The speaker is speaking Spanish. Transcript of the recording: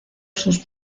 sus